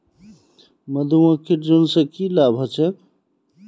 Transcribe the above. मधुमक्खीर झुंड स की लाभ ह छेक